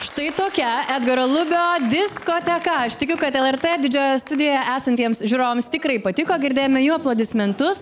štai tokia edgaro lubio diskoteka aš tikiu kad lrt didžiojoje studijoje esantiems žiūrovams tikrai patiko girdėjome jų aplodismentus